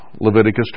Leviticus